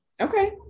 Okay